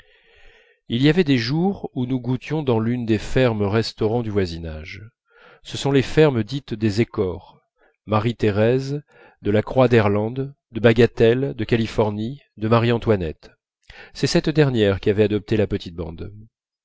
il y avait des jours où nous goûtions dans l'une des fermes restaurants du voisinage ce sont les fermes dites des écorres marie-thérèse de la croix d'heuland de bagatelle de californie de marie-antoinette c'est cette dernière qu'avait adoptée la petite bande